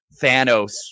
Thanos